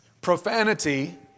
Profanity